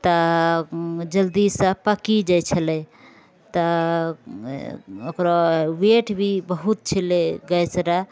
तऽ जल्दीसँ पकि जाइ छलै तऽ ओकरो वेट भी बहुत छलै गैस रे